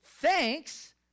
thanks